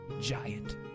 giant